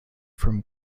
from